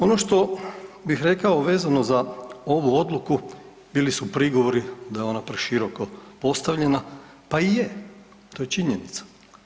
Ono što bih rekao vezano za ovu odluku bili su prigovori da je ona preširoko postavljena, pa i je, to je činjenica.